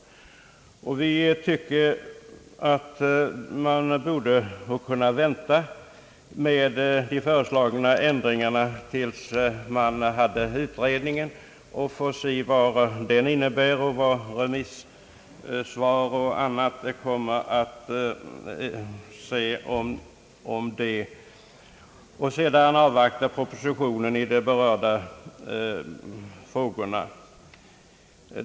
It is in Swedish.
Vi tycker då att man bör kunna vänta med de föreslagna ändringarna till dess att man fått ta del av utredningsresultatet och till dess att man fått se vad remissvar och annat kom mer att innebära. Sedan bör man avvakta propositionen i ämnet.